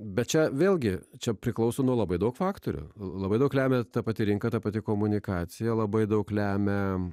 bet čia vėlgi čia priklauso nuo labai daug faktorių labai daug lemia ta pati rinka ta pati komunikacija labai daug lemia